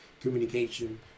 communication